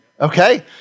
Okay